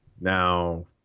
Now